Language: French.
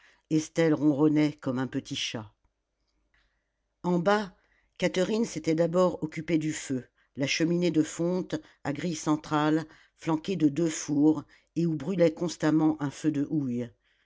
estelle ronronnait comme un petit chat en bas catherine s'était d'abord occupée du feu la cheminée de fonte à grille centrale flanquée de deux fours et où brûlait constamment un feu de houille